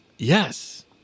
Yes